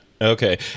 Okay